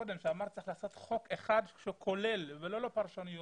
קודם כשאמרתי שצריך לעשות חוק אחד כולל ולא לפרשנויות